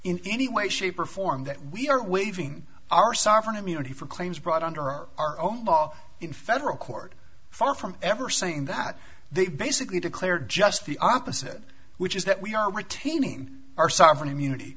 in any way shape or form that we are waiving our sovereign immunity for claims brought under our our own law in federal court far from ever saying that they basically declared just the opposite which is that we are retaining our sovereign immunity